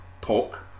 talk